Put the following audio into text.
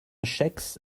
chaix